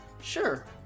Sure